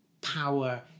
power